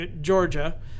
Georgia